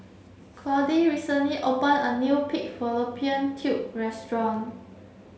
Clyde recently opened a new pig fallopian tubes restaurant